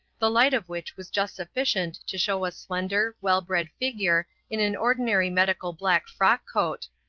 the light of which was just sufficient to show a slender, well-bred figure in an ordinary medical black frock-coat,